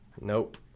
Nope